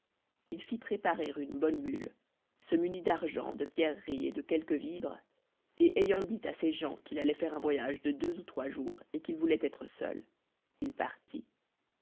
il fit préparer une bonne mule se munit d'argent de pierreries et de quelques vivres et ayant dit à ses gens qu'il allait faire un voyage de deux ou trois jours et qu'il voulait être seul il partit